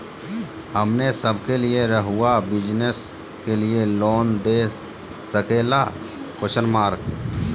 हमने सब के लिए रहुआ बिजनेस के लिए लोन दे सके ला?